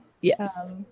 Yes